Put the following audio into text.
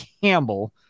Campbell